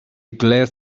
glass